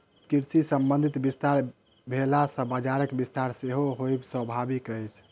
कृषि संबंधी विस्तार भेला सॅ बजारक विस्तार सेहो होयब स्वाभाविक अछि